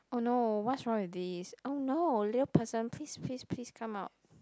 !oh no! what's wrong with this !oh no! little person please please please come out